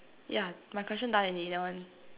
ya my question done already that one